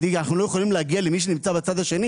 אנחנו לא יכולים להגיע למי שנמצא בצד השני?